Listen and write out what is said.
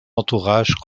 entourage